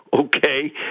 okay